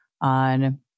on